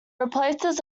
replaces